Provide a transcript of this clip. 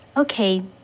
Okay